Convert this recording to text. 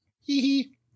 hee-hee